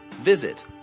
Visit